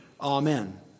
Amen